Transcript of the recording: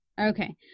Okay